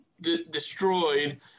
destroyed